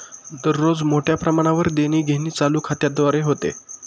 दररोज मोठ्या प्रमाणावर देणीघेणी चालू खात्याद्वारे होते